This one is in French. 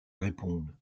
répondent